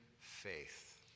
Faith